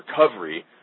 recovery